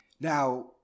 Now